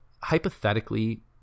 hypothetically